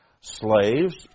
slaves